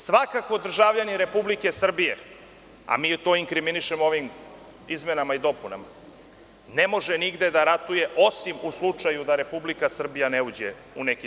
Svakako državljanin Republike Srbije, a mi to inkriminišemo ovim izmenama i dopunama, ne može nigde da ratuje osim u slučaju da Republika Srbija uđe u neki